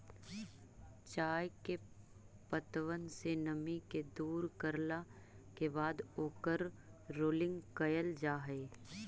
चाय के पत्तबन से नमी के दूर करला के बाद ओकर रोलिंग कयल जा हई